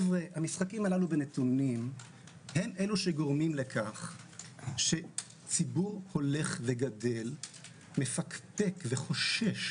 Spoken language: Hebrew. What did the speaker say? המשחקים הללו בנתונים הם אלה שגורמים לכך שציבור הולך וגדל מפקפק וחושש